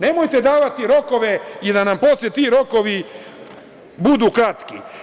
Nemojte davati rokove i da nam posle ti rokovi budu kratki.